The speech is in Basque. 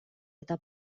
eta